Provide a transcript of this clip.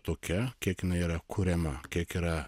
tokia kiek jinai yra kuriama kiek yra